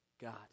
God